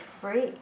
free